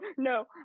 No